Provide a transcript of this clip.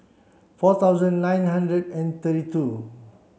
four thousand nine hundred and thirty two